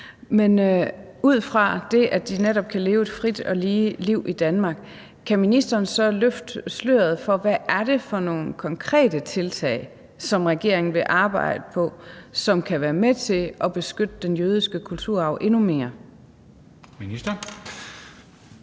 Ud fra det, at de netop kan leve et frit og lige liv i Danmark, kan ministeren så løfte sløret for, hvad det er for nogen konkrete tiltag, som regeringen vil arbejde på, som kan være med til at beskytte den jødiske kulturarv endnu mere? Kl.